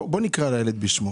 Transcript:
בוא נקרא לילד בשמו